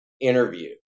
interview